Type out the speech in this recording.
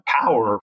power